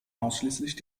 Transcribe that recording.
ausschließlich